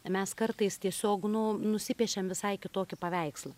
mes kartais tiesiog nu nusipiešiam visai kitokį paveikslą